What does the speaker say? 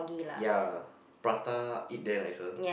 ya prata eat there nicer